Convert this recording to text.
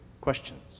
questions